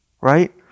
right